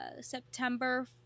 September